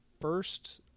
first